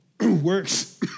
works